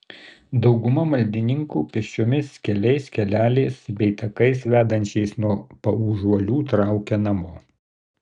dauguma maldininkų pėsčiomis keliais keleliais bei takais vedančiais nuo paužuolių traukia namo